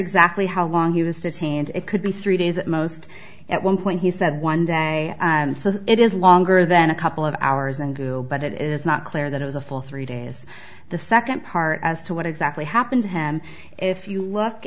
exactly how long he was detained it could be three days at most at one point he said one day it is longer than a couple of hours and go but it is not clear that it was a full three days the second part as to what exactly happened to him if you look